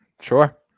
Sure